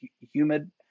humid